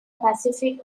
pacific